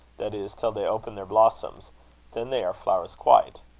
that is, till they open their blossoms then they are flowers quite.